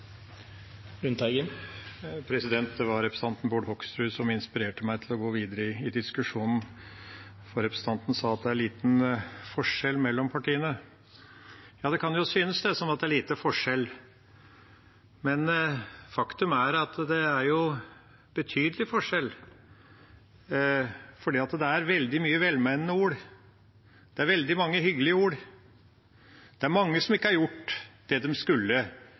Det var representanten Bård Hoksrud som inspirerte meg til å gå videre i diskusjonen, for han sa at det er liten forskjell mellom partiene. Ja, det kan synes som at det er liten forskjell, men faktum er at det er betydelig forskjell. Det er veldig mange velmenende ord, det er veldig mange hyggelige ord, og det er mange som ikke har gjort det de skulle